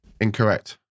Incorrect